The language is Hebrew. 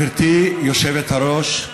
גברתי היושבת-ראש,